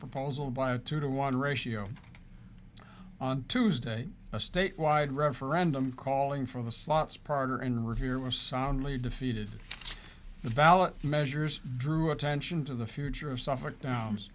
proposal by a two to one ratio on tuesday a statewide referendum calling for the slots partner in revere was soundly defeated the ballot measures drew attention to the future of suffolk downs